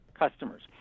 customers